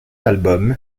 album